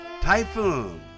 Typhoon